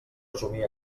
resumir